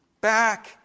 back